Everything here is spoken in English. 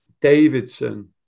Davidson